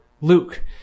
Luke